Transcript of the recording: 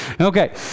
Okay